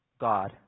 god